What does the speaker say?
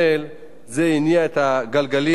ובסופו של תהליך יש חוק,